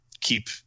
keep